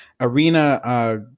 Arena